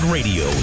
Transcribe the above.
Radio